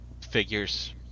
figures